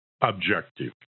objective